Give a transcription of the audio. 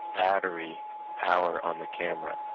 battery power on the camera.